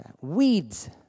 Weeds